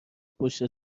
پشت